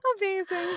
Amazing